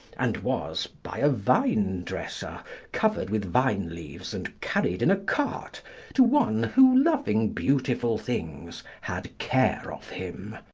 and was by a vine-dresser covered with vine leaves, and carried in a cart to one who, loving beautiful things, had care of him.